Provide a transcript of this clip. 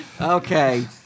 Okay